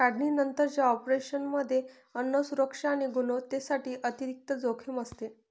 काढणीनंतरच्या ऑपरेशनमध्ये अन्न सुरक्षा आणि गुणवत्तेसाठी अतिरिक्त जोखीम असते